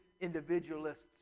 individualists